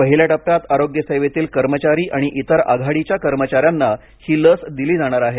पहिल्या टप्प्यात आरोग्य सेवेतील कर्मचारी आणि इतर आघाडीच्या कर्मचाऱ्यांना ही लस दिली जाणार आहे